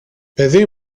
παιδί